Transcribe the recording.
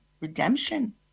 redemption